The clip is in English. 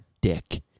dick